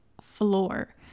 floor